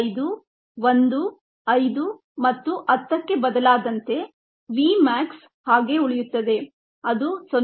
5 1 5 ಮತ್ತು 10 ಕ್ಕೆ ಬದಲಾದಂತೆ v max ಹಾಗೆ ಉಳಿಯುತ್ತದೆ ಅದು 0